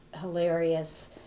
hilarious